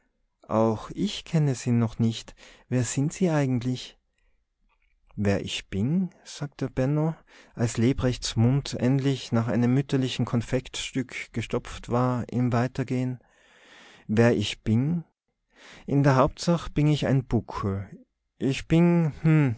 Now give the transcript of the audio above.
auch ich kenne sie noch nicht wer sind sie eigentlich wer ich bin sagte benno als lebrechts mund endlich mit einem mütterlichen konfektstück gestopft war im weitergehen wer ich bin in der hauptsach bin ich e buckel ich bin